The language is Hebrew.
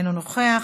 אינו נוכח,